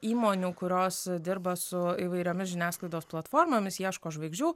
įmonių kurios dirba su įvairiomis žiniasklaidos platformomis ieško žvaigždžių